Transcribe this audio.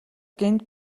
гэнэт